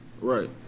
Right